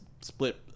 split